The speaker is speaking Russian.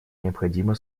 необходима